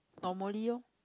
normally lor